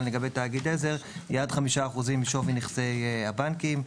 לגבי תאגיד עזר היא עד 5% משווי נכסי הבנקים.